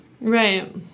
right